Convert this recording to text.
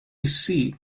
seat